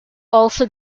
also